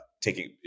taking